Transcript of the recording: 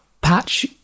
patch